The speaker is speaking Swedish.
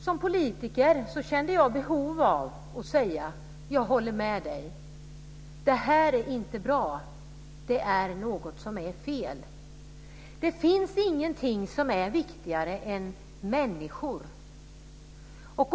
Som politiker kände jag behov av att säga: Jag håller med dig. Det här är inte bra. Det är något som är fel. Det finns ingenting som är viktigare än människor.